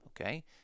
Okay